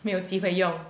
没有机会用